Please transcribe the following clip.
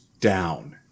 down